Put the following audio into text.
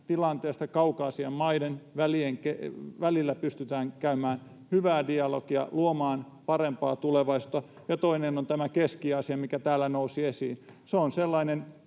tilanteesta Kaukasian maiden välillä pystytään käymään hyvää dialogia, luomaan parempaa tulevaisuutta. Ja toinen on Keski-Aasia, mikä täällä nousi esiin. Se on sellainen